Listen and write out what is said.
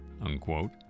unquote